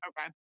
Okay